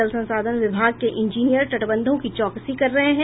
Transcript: जल संसाधन विभाग के ईजीनियर तटबंधों की चौकसी कर रहे हैं